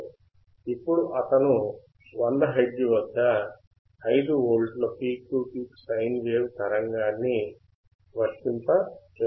ఇప్పుడు అతను 100 హెర్ట్జ్ వద్ద 5 V peak to peak sine wave తరంగాన్ని వర్తింపజేస్తున్నారు